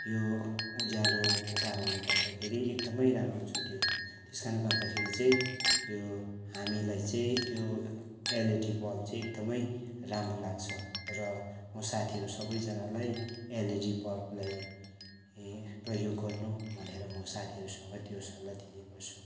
यो उज्यालोको कारणले गर्दाखेरि एकदमै राम्रो छ त्यो त्यस कारणले गर्दाखेरि चाहिँ त्यो हामीलाई चाहिँ त्यो एलइडी बल्ब चाहिँ एकदमै राम्रो लाग्छ र म साथीहरू सबैजनालाई एलइडी बल्बलाई प्रयोग गर्नु भनेर म साथीहरूसँग त्यो सल्लाह दिने गर्छु